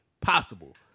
possible